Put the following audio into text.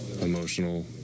emotional